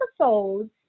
episodes